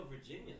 Virginia